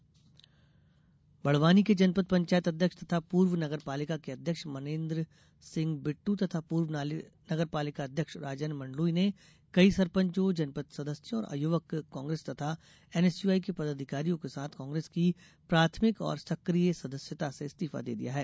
कांग्रेस इस्तीफा बड़वानी के जनपद पंचायत अध्यक्ष तथा पूर्व नगरपालिका के अध्यक्ष मनेंद्र सिंह बिद्द तथा पूर्व नगरपालिका अध्यक्ष राजन मंडलोई ने कई सरपंचों जनपद सदस्यों और युवक कांग्रेस तथा एनएसयूआई के पदाधिकारियों के साथ कांग्रेस की प्राथमिक और सक्रिय सदस्यता से इस्तीफा दे दिया है